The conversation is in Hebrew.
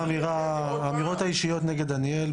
האמירות האישיות נגד דניאל,